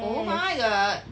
oh my god